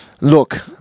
Look